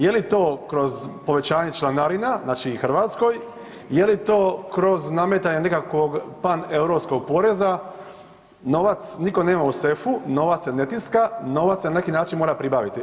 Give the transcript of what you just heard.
Je li to kroz povećanje članarina, znači i RH, je li to kroz nametanje nekakvog paneuropskog poreza, novac niko nema u sefu, novac se ne tiska, novac se na neki način mora pribaviti?